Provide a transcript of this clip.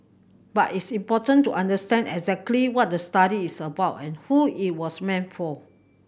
but it's important to understand exactly what the study is about and who it was meant for